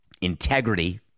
integrity